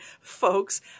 folks